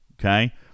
Okay